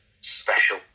special